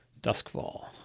duskfall